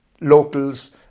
locals